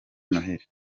noheri